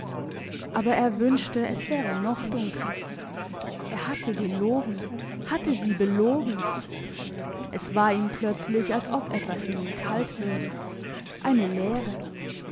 aber er wünschte es wäre noch dunkler er hatte gelogen hatte sie belogen es war ihm plötzlich als ob etwas in ihm kalt würde eine leere